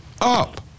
up